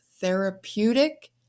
therapeutic